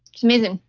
amazing